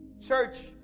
Church